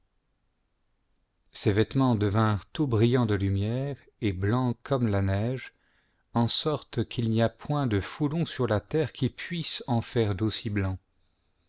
ses vêtements devinrent tout brillants de lumière et blancs comme la neige en sorte qu'il n'y a point de foulon sur la terre qui puisse en faire d'aussi blancs